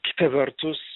kita vertus